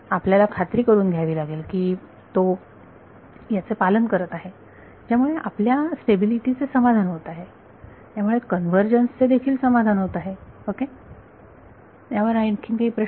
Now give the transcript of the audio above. आपल्याला खात्री करून घ्यावी लागेल की की तो याचे पालन करत आहे ज्यामुळे आपल्या स्टेबिलिटी चे समाधान होत आहे त्यामुळे कन्वर्जन्स चे देखील समाधान होत आहे ओके यावर आणखीन काही प्रश्न